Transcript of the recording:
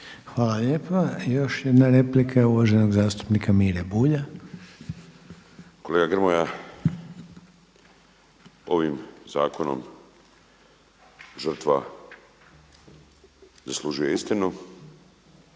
Hvala lijepa. Još jedna replika je uvaženog zastupnika Mire Bulja. **Bulj, Miro (MOST)** Kolega Grmoja, ovim zakonom žrtva zaslužuje istinu,